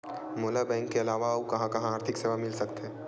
मोला बैंक के अलावा आऊ कहां कहा आर्थिक सेवा मिल सकथे?